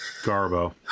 Garbo